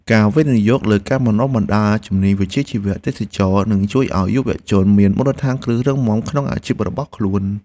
ការវិនិយោគលើការបណ្តុះបណ្តាលជំនាញវិជ្ជាជីវៈទេសចរណ៍នឹងជួយឱ្យយុវជនមានមូលដ្ឋានគ្រឹះរឹងមាំក្នុងអាជីពរបស់ខ្លួន។